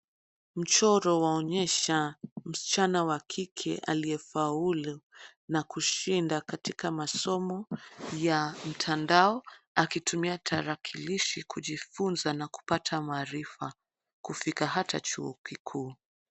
Mchoro waonyesha msichana wa kike aliyefaulu na kushinda katika masomo ya mtandao akitumia tarakilishi kujifunza na kupata maarifa kufika hata chuo kikuu.